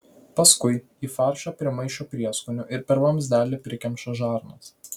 paskui į faršą primaišo prieskonių ir per vamzdelį prikemša žarnas